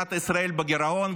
מדינת ישראל בגירעון,